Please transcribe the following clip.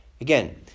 Again